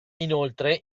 inoltre